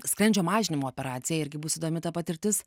skrandžio mažinimo operaciją irgi bus įdomi ta patirtis